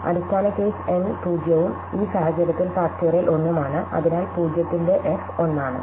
അടിസ്ഥാന case n 0 ഉം ഈ സാഹചര്യത്തിൽ ഫാക്റ്റോറിയൽ 1 ഉം ആണ് അതിനാൽ 0 ന്റെ f 1 ആണ്